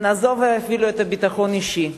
נעזוב אפילו את הביטחון האישי,